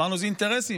אמרנו: זה אינטרסים.